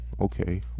okay